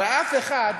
הרי אף אחד,